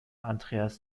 andreas